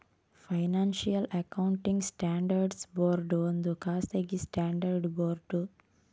financial accounting standards board ಒಂದು ಖಾಸಗಿ standard board